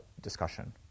discussion